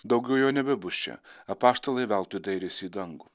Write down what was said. daugiau jo nebebus čia apaštalai veltui dairėsi į dangų